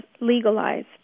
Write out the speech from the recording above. legalized